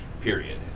Period